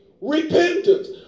repentance